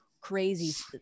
crazy